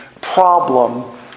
problem